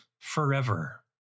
forever